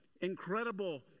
incredible